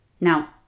Now